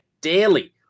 daily